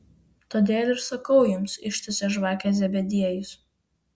todėl ir sakau jums ištiesė žvakę zebediejus